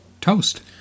toast